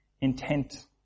intent